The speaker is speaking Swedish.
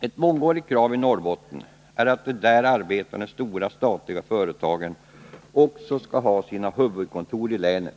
Ett mångårigt krav från Norrbotten är att de där arbetande stora statliga företagen också skall ha sina huvudkontor i länet.